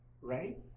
right